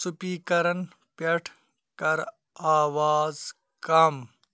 سُپیٖکرَن پٮ۪ٹھ کَر آواز کم